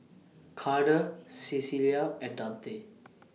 Karter Cecelia and Dante